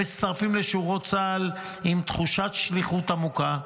הם מצטרפים לשורות צה"ל עם תחושת שליחות עמוקה,